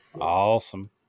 Awesome